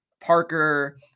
Parker